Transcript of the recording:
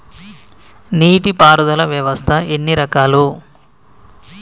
నీటి పారుదల వ్యవస్థ ఎన్ని రకాలు?